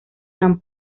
san